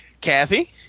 Kathy